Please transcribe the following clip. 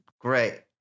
great